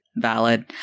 valid